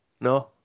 No